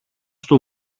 στο